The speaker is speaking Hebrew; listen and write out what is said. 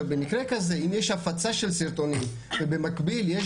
במקרה כזה אם יש הפצה של סרטונים ובמקביל יש